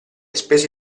spese